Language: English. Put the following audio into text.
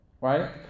right